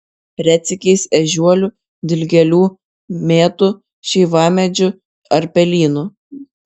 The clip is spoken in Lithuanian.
retsykiais ežiuolių dilgėlių mėtų šeivamedžių ar pelynų